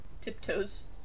Tiptoes